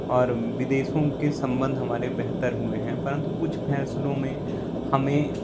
और विदेशों के संबंध हमारे बेहतर हुए हैं परंतु कुछ फैसलों में हमें